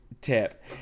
tip